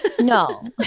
no